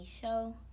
Show